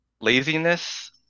laziness